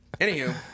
Anywho